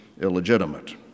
illegitimate